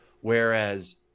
Whereas